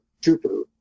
Jupiter